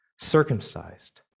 Circumcised